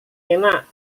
enak